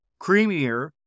creamier